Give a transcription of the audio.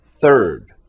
third